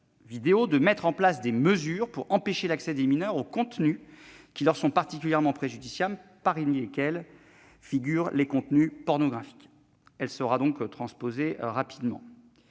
vidéo de mettre en place des mesures pour empêcher l'accès des mineurs aux contenus qui leur sont particulièrement préjudiciables, parmi lesquels figurent les contenus pornographiques. Elle sera rapidement